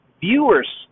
viewers